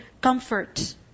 comfort